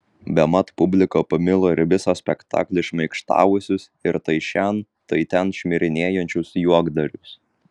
bemat publika pamilo ir visą spektaklį šmaikštavusius ir tai šen tai ten šmirinėjančius juokdarius